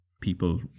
people